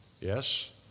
Yes